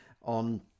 on